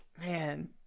Man